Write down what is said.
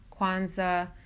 Kwanzaa